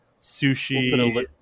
sushi